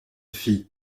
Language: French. fille